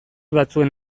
batzuen